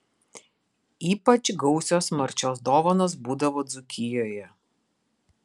ypač gausios marčios dovanos būdavo dzūkijoje